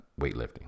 weightlifting